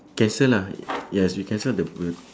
cancel lah yes we cancel the bird